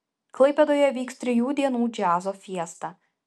klaipėdoje vyks trijų dienų džiazo fiesta